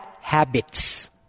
habits